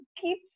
keep